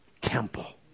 temple